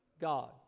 God